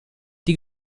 die